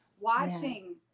Watching